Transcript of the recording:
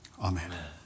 Amen